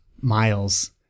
miles